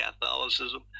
Catholicism